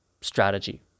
strategy